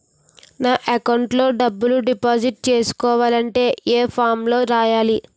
నా అకౌంట్ లో డబ్బులు డిపాజిట్ చేసుకోవాలంటే ఏ ఫామ్ లో రాయాలి?